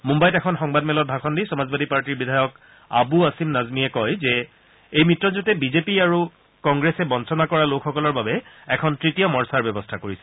মুন্নাইত এখন সংবাদ মেলত ভাষণ দি সমাজবাদী পাৰ্টীৰ বিধায়ক আবু আছিম আজমীয়ে কয় যে এই মিত্ৰজোঁটে বিজেপি আৰু কংগ্ৰেছে বঞ্চনা কৰা লোকসকলৰ বাবে এখন ত্বতীয় মৰ্চাৰ ব্যৱস্থা কৰিছে